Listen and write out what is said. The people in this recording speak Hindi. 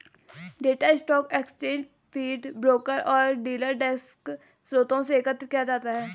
data stock exchange feed, broker और डीलर डेस्क स्रोतों से एकत्र किया जाता है